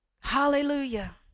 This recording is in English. Hallelujah